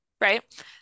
right